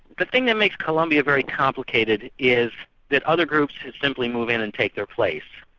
the thing that makes colombia very complicated is that other groups simply move in and take their place.